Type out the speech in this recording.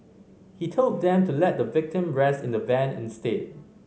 he told them to let the victim rest in the van instead